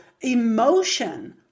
emotion